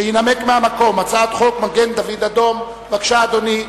התש"ע 2009,